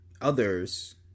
others